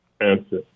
answer